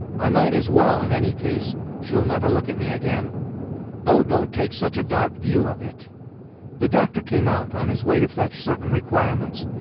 i might as well, in any case she'll never look at me again oh, don't take such a dark view of it the doctor came out, on his way to fetch certain requirements,